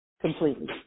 completely